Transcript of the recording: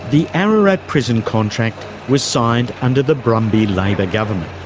the ararat prison contract was signed under the brumby labor government.